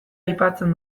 aipatzen